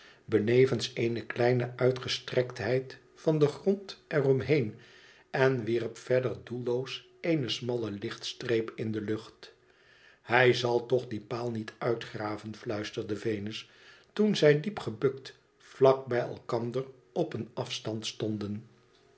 benevens eene kleine uitgestrektheid van den grond er omheen en wierp verder doelloos eene smalle lichtstreep in de lucht hij zal toch dien paal niet uitgraven fluisterde venus toen zij diep gebukt vlak bij elkander op een afstand stonden